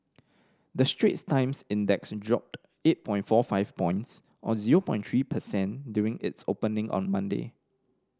the Straits Times Index dropped eight point four five points or zero point three per cent during its opening on Monday